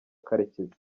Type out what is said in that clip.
karekezi